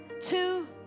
two